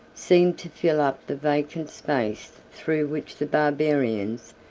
seemed to fill up the vacant space through which the barbarians,